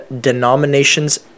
denominations